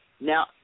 Now